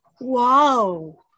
Wow